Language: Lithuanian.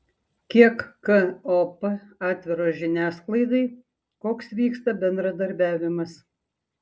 kiek kop atviros žiniasklaidai koks vyksta bendradarbiavimas